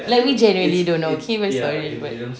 like we generally don't know okay we're sorry but